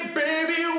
baby